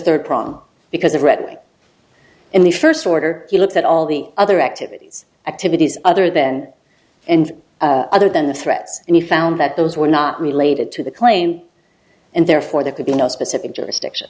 third prong because of reading in the first order you looked at all the other activities activities other then and other than the threats and you found that those were not related to the claim and therefore there could be no specific jurisdiction